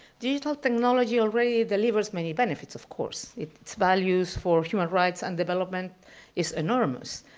digital technology already delivers many benefits, of course, it's values for human rights and development is enormous.